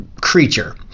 creature